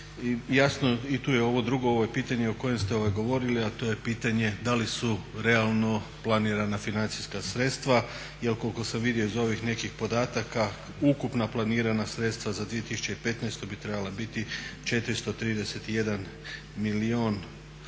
i tu je ovo drugo ovo pitanje o kojem ste govorili, a to je pitanje da li su realno planirana financijska sredstva. Jer koliko sam vidio iz ovih nekih podataka ukupna planirana sredstva za 2015. bi trebala biti 431 milijun kuna,